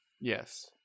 Yes